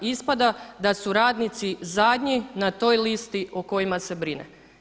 Ispada da su radnici zadnji na toj listi o kojima se brine.